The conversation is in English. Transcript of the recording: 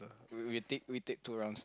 we we we take we take two rounds